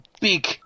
big